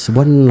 one